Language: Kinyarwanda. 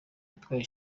yatwaye